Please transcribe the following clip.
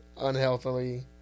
unhealthily